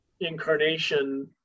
incarnation